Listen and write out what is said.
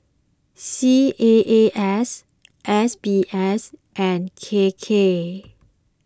C A A S S B S and K K